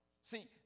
See